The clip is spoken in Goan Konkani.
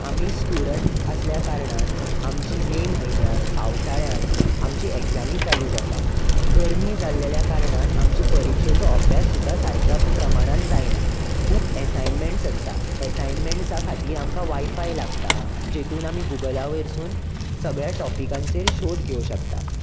आमी स्टुडणट्स आसल्या कारणान आमची मे म्हयन्यान पावसाळ्यान आमची एगजामी चालू जाता गरमी जाल्लेल्या कारणान आमच्या परिक्षेचो अभ्यास सुद्दां सारक्या प्रमाणान जायना खूब एसायनमेणट्स आसता एसायनमेणट्सा खातीर आमकां वायफाय लागता जेतून आमी गुगला वयरसून सगळ्या टोपिकांचेर शोद घेवू शकता